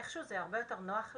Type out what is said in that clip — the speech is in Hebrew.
איך שהוא זה הרבה יותר נוח להן,